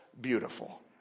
beautiful